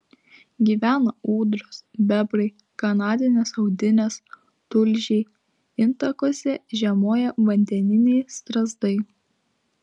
gyvena ūdros bebrai kanadinės audinės tulžiai intakuose žiemoja vandeniniai strazdai